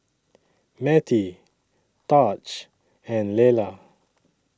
Mettie Taj and Lelar